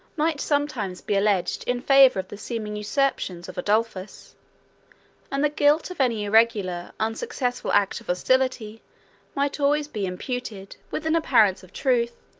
might sometimes be alleged in favor of the seeming usurpations of adolphus and the guilt of any irregular, unsuccessful act of hostility might always be imputed, with an appearance of truth,